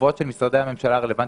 והתשובות של משרדי הממשלה הרלוונטיים,